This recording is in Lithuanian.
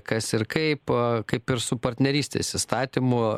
kas ir kaip e kaip ir su partnerystės įstatymu